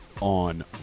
on